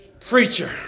preacher